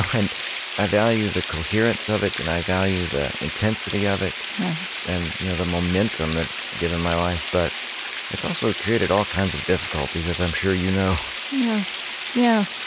and i value the coherence of it, and i value the intensity of it and you know the momentum that it's given my life. but it's also created all kinds of difficulties, as i'm sure you know yeah yeah